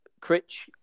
Critch